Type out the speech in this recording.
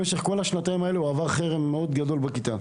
במשך כל השנתיים האלה הוא עבר חרם מאוד קשה וגדול בכיתה.